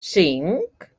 cinc